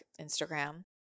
Instagram